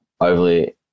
overly